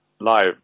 live